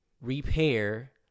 repair